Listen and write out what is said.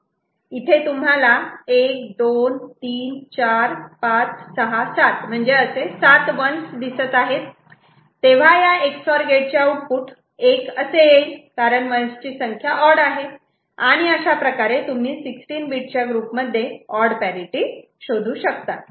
इथे तुम्हाला 1 2 3 4 5 6 7 म्हणजे सात 1's दिसत आहे तेव्हा या Ex OR गेटचे आउटपुट 1 असे येईल कारण 1's ची संख्या ऑड आहे आणि अशाप्रकारे तुम्ही16 बीट च्या ग्रुपमध्ये ऑड पॅरिटि शोधू शकतात